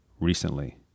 recently